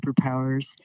superpowers